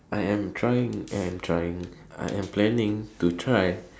I am trying I am trying I am planning to try